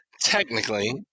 technically